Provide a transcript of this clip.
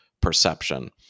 perception